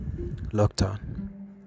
lockdown